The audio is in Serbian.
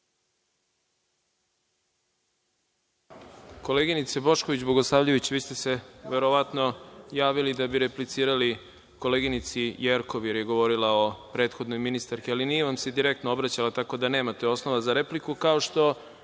Koleginice Bošković Bogosavljević, vi ste se verovatno javili da bi replicirali koleginici Jerkov jer je govorila o prethodnoj ministarki, ali nije vam se direktno obraćala, tako da nemate osnova za repliku, kao što